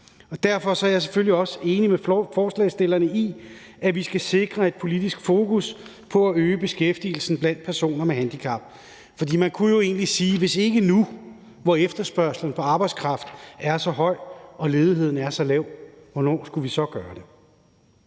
Derfor er jeg selvfølgelig også enig med forslagsstillerne i, at vi skal sikre et politisk fokus på at øge beskæftigelsen blandt personer med handicap. For man kunne jo egentlig sige, at hvis ikke nu, hvor efterspørgslen på arbejdskraft er så høj og ledigheden er så lav, hvornår skulle vi så gøre det?